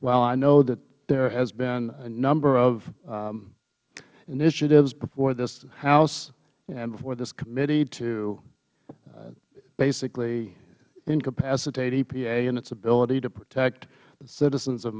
while i know that there has been a number of initiatives before this house and before this committee to basically incapacitate epa in its ability to protect the citizens of